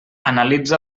analitza